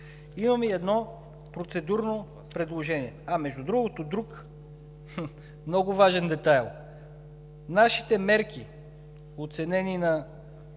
Имам и едно процедурно предложение, между другото, друг, много важен детайл. Нашите мерки, оценени на